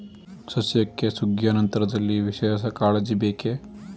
ಸಸ್ಯಕ್ಕೆ ಸುಗ್ಗಿಯ ನಂತರದಲ್ಲಿ ವಿಶೇಷ ಕಾಳಜಿ ಬೇಕೇ?